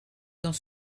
dans